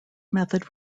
method